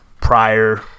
prior